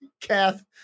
Kath